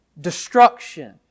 Destruction